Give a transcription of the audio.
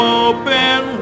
open